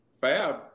fab